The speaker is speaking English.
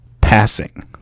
passing